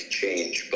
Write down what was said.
change